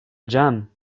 jam